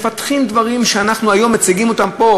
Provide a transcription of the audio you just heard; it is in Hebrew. מפתחים דברים שאנחנו היום מציגים אותם פה,